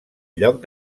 lloc